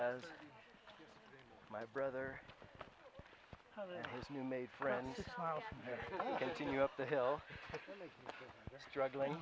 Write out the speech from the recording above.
as my brother and his new made friends house continue up the hill struggling